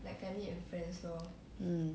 um